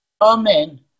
Amen